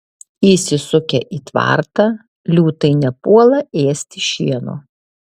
įsisukę į tvartą liūtai nepuola ėsti šieno